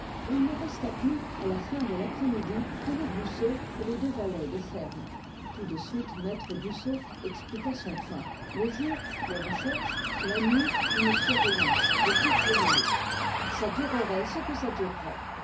et il ne resta plus à la fin de l'après-midi que les goussot et les deux valets de ferme tout de suite maître goussot expliqua son plan le jour les recherches la nuit une surveillance de toutes les minutes ça durerait ce que ça durerait